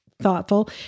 thoughtful